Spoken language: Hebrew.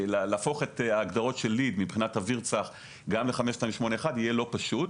להפוך את ההגדרות של LEED מבחינת אוויר צח יהיה לא פשוט.